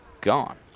Gone